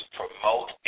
promote